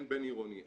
אין בין-עירוני,